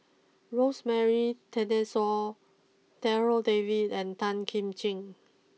Rosemary Darryl David and Tan Kim Ching